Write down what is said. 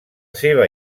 seva